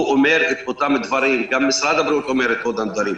הוא אומר את אותם דברים וגם משרד הבריאות אומר את אותם דברים.